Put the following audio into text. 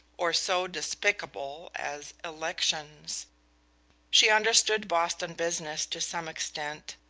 or so despicable as elections she understood boston business to some extent,